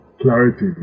clarity